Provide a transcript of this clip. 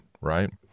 right